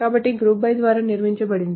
కాబట్టి GROUP BY ద్వారా నిర్మించబడింది